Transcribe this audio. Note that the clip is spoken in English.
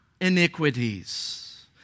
iniquities